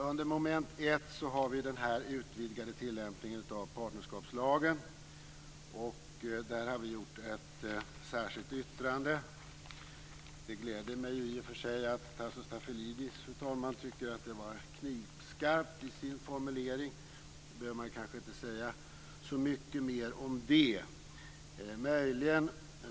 Under mom. 1 tas den utvidgade tillämpningen av partnerskapslagen upp. Med anledning av det har vi skrivit ett särskilt yttrande. Det gläder mig i och för sig att Tasso Stafilidis tycker att det var knivskarpt i sin formulering. Man behöver kanske inte säga så mycket mer om det.